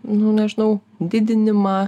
nu nežinau didinimą